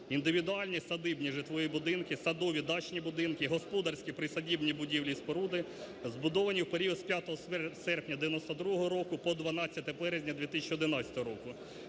"Індивідуальні садибні житлові будинки, садові дачні будинки, господарські присадибні будівлі і споруди, збудовані в період з 5 серпня 1992 року по 12 березня 2011 року;